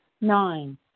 Nine